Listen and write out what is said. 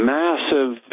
massive